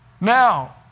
Now